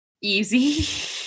easy